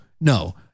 no